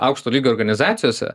aukšto lygio organizacijose